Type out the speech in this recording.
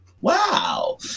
wow